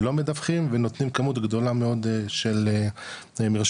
לא מדווחים ונותנים כמות גדולה מאוד של מרשמים.